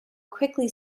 quickly